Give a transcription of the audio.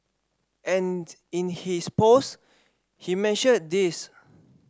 and in his post he mentioned this